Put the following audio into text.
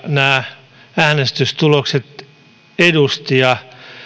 nämä äänestystulokset edustivat